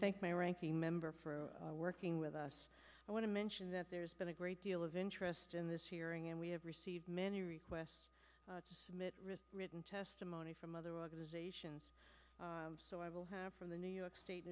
thank my ranking member for working with us i want to mention that there's been a great deal of interest in this hearing and we have received many requests written testimony from other organizations so i will have from the new york state